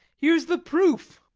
here's the proof!